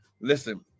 Listen